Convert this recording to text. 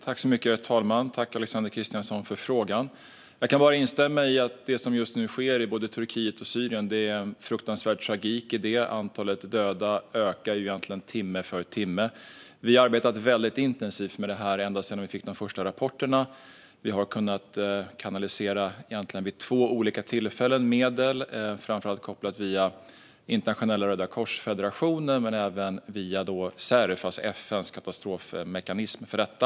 Herr talman! Tack för frågan, Alexander Christiansson! Jag kan bara instämma i att det som just nu sker i både Turkiet och Syrien är en fruktansvärd tragedi. Antalet döda ökar timme för timme. Vi har arbetat väldigt intensivt med detta ända sedan vi fick de första rapporterna. Vi har kunnat kanalisera medel vid två olika tillfällen, framför allt kopplat via Internationella Rödakorsfederationen men även via CERF, FN:s katastrofmekanism för detta.